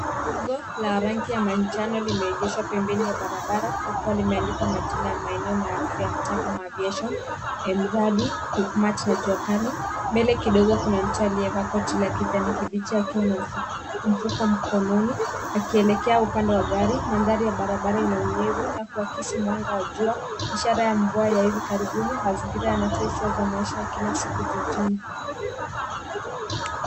Gari ndogo la rangi ya manjano limeegeshwa pembeni ya barabara likiwa limeandikwa majina ya maeneo maarufu ya mtaa kama Aviation, Mradi, Quickmart na Jua Kali. Mbele kidogo kuna mtu aliyevaa koti la kijani kibichi akiwa na mfuko mkononi akielekea upande wa gari. Mandhari ya barabara ina unyevu na kuakisi mwanga wa jua, ishara ya mvua ya hivi karibuni. Mazingira yanatoa hisia ya maisha ya kila siku jijini.